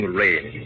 rain